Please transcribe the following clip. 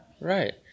Right